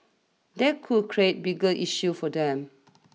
that could create bigger issues for them